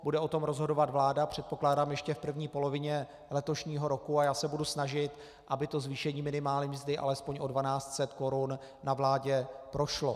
Bude o tom rozhodovat vláda, předpokládám, ještě v první polovině letošního roku a já se budu snažit, aby zvýšení minimální mzdy alespoň o 1 200 korun na vládě prošlo.